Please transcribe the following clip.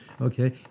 okay